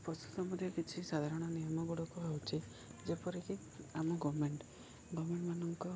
ପଶୁ ସମ୍ବନ୍ଧୀୟ କିଛି ସାଧାରଣ ନିୟମ ଗୁଡ଼ିକ ହେଉଛି ଯେପରିକି ଆମ ଗଭର୍ଣ୍ଣମେଣ୍ଟ୍ ଗଭର୍ଣ୍ଣମେଣ୍ଟ୍ ମାନଙ୍କ